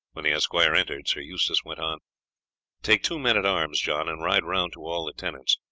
when the esquire entered, sir eustace went on take two men-at-arms, john, and ride round to all the tenants.